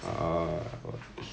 err